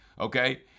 okay